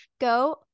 go